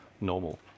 normal